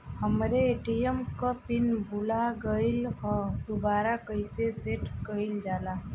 हमरे ए.टी.एम क पिन भूला गईलह दुबारा कईसे सेट कइलजाला?